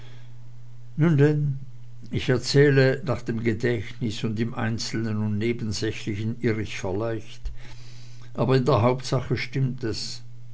ich erzähle nach dem gedächtnis und im einzelnen und nebensächlichen irr ich vielleicht aber in der hauptsache stimmt es